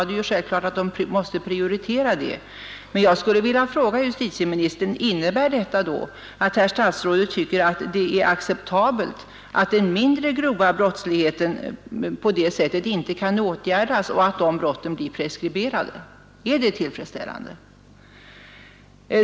Det är väl självklart att man måste prioritera den, men jag skulle vilja fråga: Innebär detta att herr statsrådet tycker att det är acceptabelt att den mindre grova brottsligheten på det sättet inte kan åtgärdas, utan att sådana brott blir preskriberade? Är det tillfredsställande?